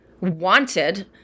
wanted